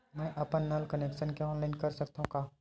मैं अपन नल कनेक्शन के ऑनलाइन कर सकथव का?